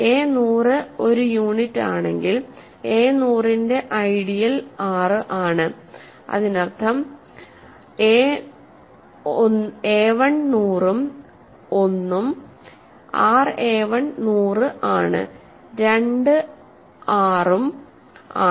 A നൂറ് ഒരു unit ആണെങ്കിൽ എ നൂറിന്റെ ഐഡിയൽ R ആണ് അതിനർത്ഥം a1 നൂറും ഒന്നും R A1 നൂറ് ആണ് രണ്ട് R ഉം ആണ്